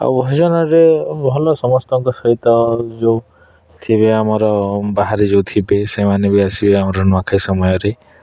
ଆଉ ଭୋଜନରେ ଭଲ ସମସ୍ତଙ୍କ ସହିତ ଯେଉଁ ଥିବେ ଆମର ବାହାରେ ଯେଉଁ ଥିବେ ସେମାନେ ବି ଆସିବେ ଆମର ନୂଆଖାଇ ସମୟରେ